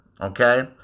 okay